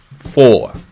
Four